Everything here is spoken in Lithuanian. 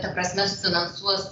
ta prasme finansuos